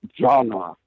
genre